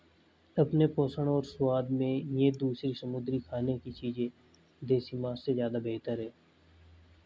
अपने पोषण और स्वाद में ये दूसरी समुद्री खाने की चीजें देसी मांस से ज्यादा बेहतर है